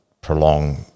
prolong